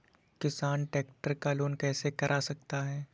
किसान ट्रैक्टर का लोन कैसे करा सकता है?